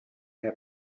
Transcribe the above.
happy